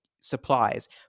supplies